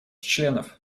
членов